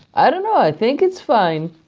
i don't know. i think it's fine.